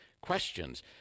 questions